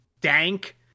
dank